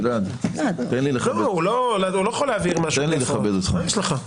גלעד, תן לי לכבד אותך.